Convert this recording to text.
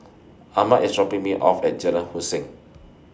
Arman IS dropping Me off At Jalan Hussein